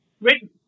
written